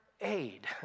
aid